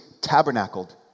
tabernacled